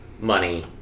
money